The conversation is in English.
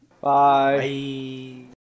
Bye